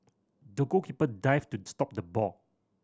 the goalkeeper dived to stop the ball